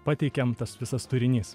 pateikiam tas visas turinys